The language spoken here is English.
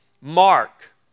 Mark